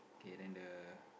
k then the